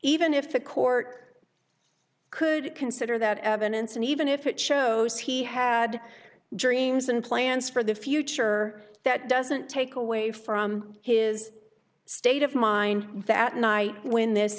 even if the court could consider that evidence and even if it shows he had dreams and plans for the future that doesn't take away from his state of mind that night when this